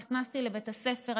נכנסתי לבית הספר,